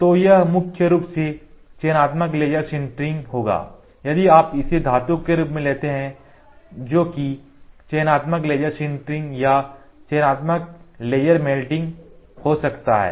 तो यह मुख्य रूप से चयनात्मक लेजर सिंटरिंग होगा यदि आप इसे धातु के रूप में लेते हैं जो कि चयनात्मक लेजर सिंटरिंग या चयनात्मक लेजर मेल्टिंग melting पिघल हो सकता है